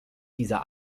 dieser